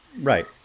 Right